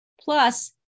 Plus